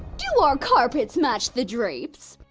do our carpets match the drapes?